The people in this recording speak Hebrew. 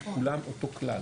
כולם אותו כלל.